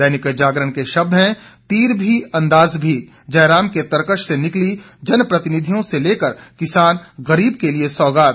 दैनिक जागरण के शब्द हैं तीर भी अंदाज भी जयराम के तरकश से निकली जन प्रतिनिधियों से लेकर किसान गरीब के लिए सौगात